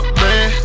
man